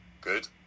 good